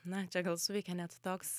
na čia gal suveikė net toks